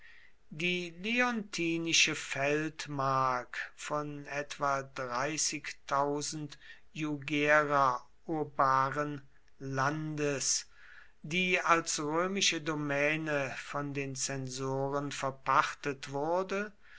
die leontinische feldmark von etwa jugera urbaren landes die als römische domäne von den zensoren verpachtet wurde